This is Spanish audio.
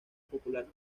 popular